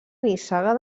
nissaga